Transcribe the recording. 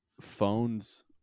phones